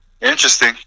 Interesting